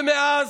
ומאז,